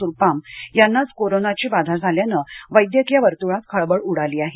सुरपाम यांनाच कोरोनाची बाधा झाल्यानं वैद्यकीय वर्तुळात खळबळ उडाली आहेत